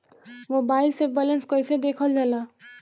Mobile से balance कइसे देखल जाला?